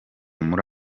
muri